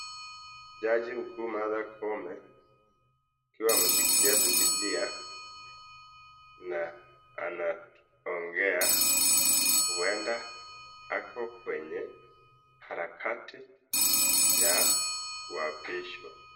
Jaji mkuu Martha Koome, akiwa ameshikilia Bibilia, na anaongea. Huenda ako kwenye harakati ya kuapishwa.